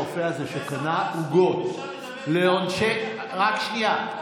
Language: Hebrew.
שנגד הרופא הזה שקנה עוגות לאנשי, רק שנייה.